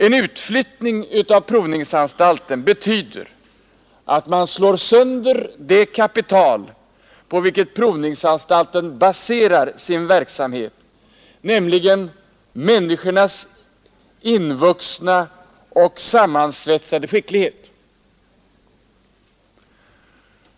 En utflyttning av provningsanstalten betyder att man slår sönder det kapital på vilket anstalten baserar sin verksamhet, nämligen människornas invuxna och sammansvetsade skicklighet.